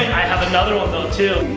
i have another one, though, too.